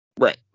Right